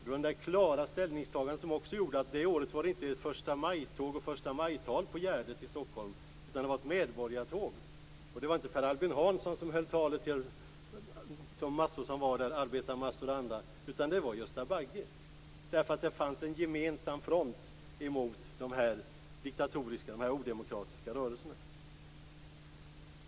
Det var detta klara ställningstagande som också gjorde att det detta år inte var ett förstamajtåg och förstamajtal på Gärdet i Stockholm, utan det var ett medborgartåg. Det var inte Per Albin Hansson som höll talet till de massor som var där, arbetare och andra, utan det var Gösta Bagge, därför att det fanns en gemensam front emot de odemokratiska rörelserna.